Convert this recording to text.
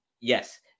yes